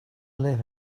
live